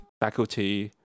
faculty